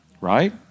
right